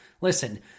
Listen